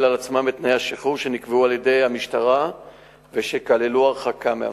על עצמם את תנאי השחרור שנקבעו על-ידי המשטרה וכללו הרחקה מהמקום.